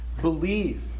believe